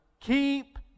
keep